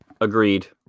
Agreed